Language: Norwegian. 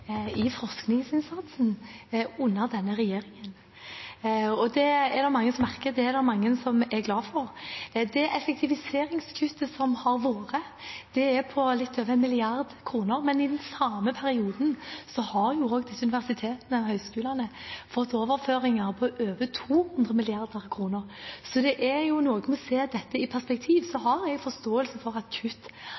i forskningsinnsatsen under denne regjeringen. Det er det mange som merker, og det er det mange som er glade for. Det effektiviseringskuttet som har vært, er på litt over 1 mrd. kr, men i den samme perioden har jo også disse universitetene og høyskolene fått overføringer på over 200 mrd. kr. Så det er noe med å se dette i et perspektiv.